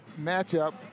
matchup